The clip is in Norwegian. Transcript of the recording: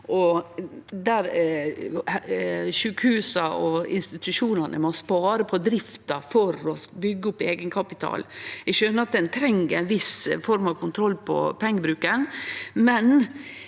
og at sjukehusa og institusjonane må spare på drifta for å byggje opp eigenkapital. Eg skjønar at ein treng ei viss form for kontroll på pengebruken, men